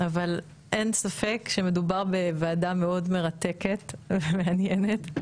אבל אין ספק שמדובר בוועדה מאוד מרתקת ומעניינת.